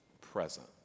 present